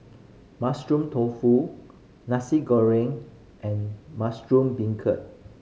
Mushroom Tofu Nasi Goreng and mushroom beancurd